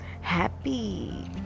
happy